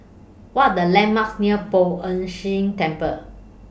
What Are The landmarks near Poh Ern Shih Temple